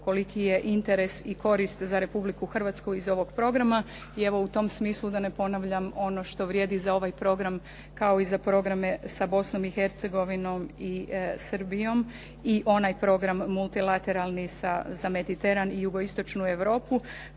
koliki je interes i korist za Republiku Hrvatsku iz ovog programa. I evo, u tom smislu da ne ponavljam ono što vrijedi za ovaj program kao i za programe sa Bosnom i Hercegovinom i Srbijom i onaj program multilateralni za Mediteran i jugo-istočnu Europu.